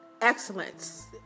excellence